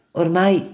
ormai